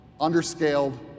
underscaled